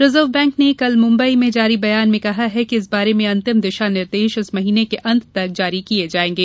reserve bank ने कल मुंबई में जारी बयान में कहा है कि इस बारे में अंतिम दिशा निर्देश इस महीने के अंत तक जारी किए जाएंगे